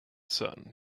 sun